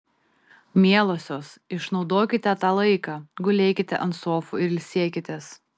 mielosios išnaudokite tą laiką gulėkite ant sofų ir ilsėkitės